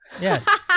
Yes